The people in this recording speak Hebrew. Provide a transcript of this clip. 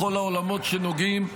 בכל העולמות שנוגעים